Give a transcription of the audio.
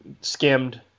skimmed